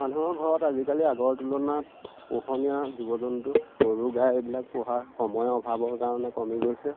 মানুহৰ ঘৰত আজিকালি আগৰ তুলনাত পোহনীয়া জীৱ জন্তু গৰু গাই এইবিলাক পোহাৰ সময়ৰ অভাৱৰ কাৰণে কমি গৈছে